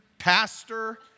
Pastor